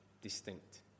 distinct